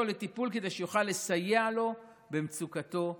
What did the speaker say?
לטיפול כדי שיוכל לסייע לו במצוקתו הרבה.